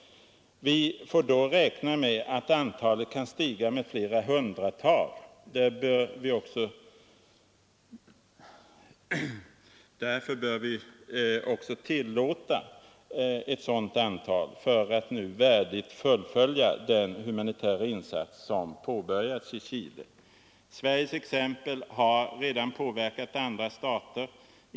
Vi får räkna med att antalet kan stiga med flera hundra. Därför bör vi också tillåta ett sådant antal för att värdigt fullfölja den humanitära insats som påbörjats i Chile. Sveriges exempel har redan påverkat andra stater.